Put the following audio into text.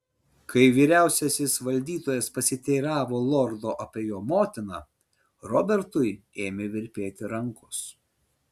kai vyriausiasis valdytojas pasiteiravo lordo apie jo motiną robertui ėmė virpėti rankos